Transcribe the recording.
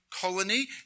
Colony